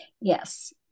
yes